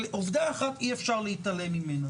אבל עובדה אחת, אי-אפשר להתעלם ממנה